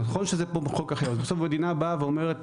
יכול להיות שזה פה בחוק אחר אבל בסוף המדינה באה ואומרת: